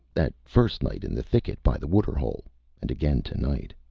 that first night in the thicket by the waterhole and again tonight.